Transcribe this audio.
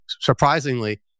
surprisingly